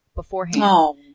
beforehand